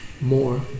more